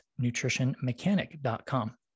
nutritionmechanic.com